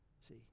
See